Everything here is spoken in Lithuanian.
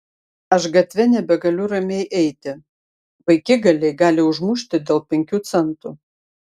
aš gatve nebegaliu ramiai eiti vaikigaliai gali užmušti dėl penkių centų